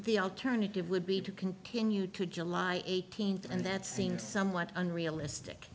the alternative would be to continue to july eighteenth and that seems somewhat unrealistic